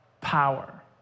power